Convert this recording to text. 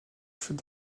fait